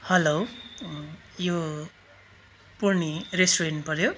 hello यो पूर्णी restaurant पऱ्यो